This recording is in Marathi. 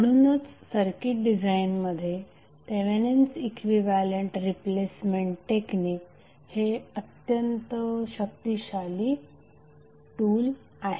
म्हणूनच सर्किट डिझाईनमध्ये Thevenin's equivalent replacement technique Thevenin's equivalent replacement technique हे अत्यंत शक्तिशाली टूल आहे